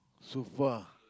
so far